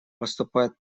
поступают